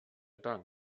dank